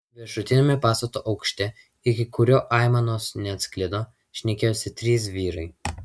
viršutiniame pastato aukšte iki kurio aimanos neatsklido šnekėjosi trys vyrai